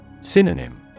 Synonym